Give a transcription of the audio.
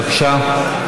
בבקשה.